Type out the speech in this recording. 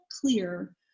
clear